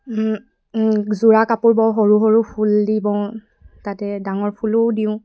যোৰা কাপোৰ বওঁ সৰু সৰু ফুল দি বওঁ তাতে ডাঙৰ ফুলো দিওঁ